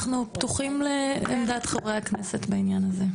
אנחנו פתוחים לעמדת חברי הכנסת בעניין הזה.